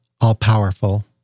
all-powerful